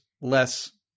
less